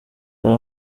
hari